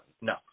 No